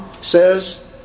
says